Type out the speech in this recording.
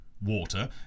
water